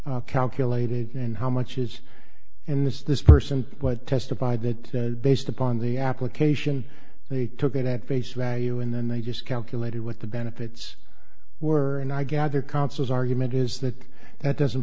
calculated and how much is and this this person what testified that based upon the application they took it at face value and then they just calculated what the benefits were and i gather counsel's argument is that that doesn't